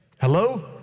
Hello